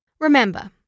Remember